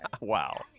Wow